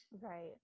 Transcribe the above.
Right